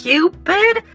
Cupid